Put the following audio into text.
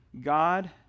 God